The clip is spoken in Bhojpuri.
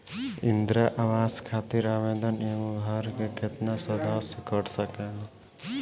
इंदिरा आवास खातिर आवेदन एगो घर के केतना सदस्य कर सकेला?